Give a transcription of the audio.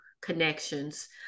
connections